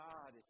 God